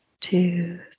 two